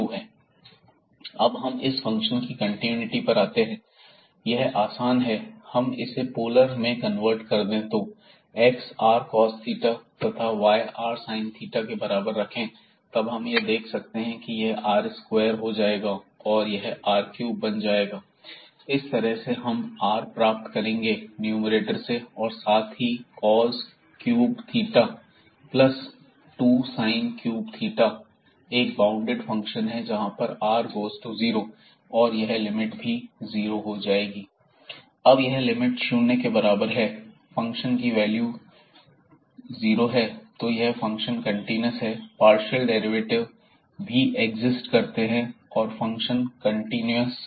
fx00fx0 f00x1 fy00f0y f00y 2 अब हम इस फंक्शन की कंटीन्यूटी पर आते हैं यह आसान है हम इसे पोलर में कन्वर्ट कर दें तो x आर cos थीटा तथा y r sin थीटा के बराबर रखें तब हम यह देख सकते हैं कि यह r स्क्वायर हो जाएगा और यह आर क्यूब बन जाएगा इस तरह से हम r प्राप्त करेंगे न्यूमैरेटर से और साथ ही cos cube theta plus 2 sine cube theta एक बॉउंडेड फंक्शन है जहां पर r गोज़ टू जीरो और यह लिमिट भी जीरो हो जाएगी x32y3x2y2 r3 2r3 r2 0f00 अब यह लिमिट शून्य के बराबर है फंक्शन की वैल्यू की जीरो है तो यह फंक्शन कंटीन्यूअस है parcel डेरिवेटिव पार्शियल भी एग्जिट करते हैं और फंक्शन कंटिनेस है कंटीन्यूअस